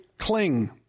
cling